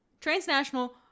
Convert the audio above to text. transnational